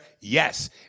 Yes